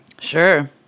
Sure